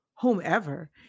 whomever